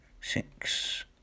six